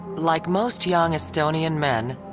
like most young estonian men,